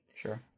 Sure